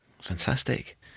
Fantastic